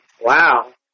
Wow